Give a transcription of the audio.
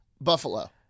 Buffalo